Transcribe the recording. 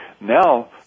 Now